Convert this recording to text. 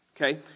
Okay